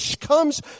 comes